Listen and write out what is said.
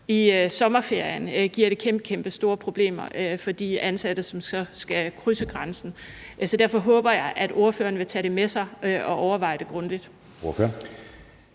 i sommerferien giver det et kæmpekæmpestore problemer for de ansatte, som så skal krydse grænsen. Så derfor håber jeg, at ordføreren vil tage det med sig og overveje det grundigt.